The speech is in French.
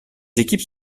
équipes